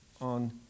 on